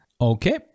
Okay